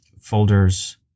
folders